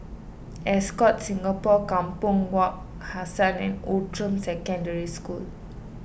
Ascott Singapore Kampong Wak Hassan and Outram Secondary School